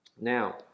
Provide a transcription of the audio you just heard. Now